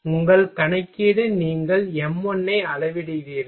உங்கள் கணக்கீடு நீங்கள் m1 ஐ அளவிடுகிறீர்கள்